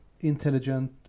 intelligent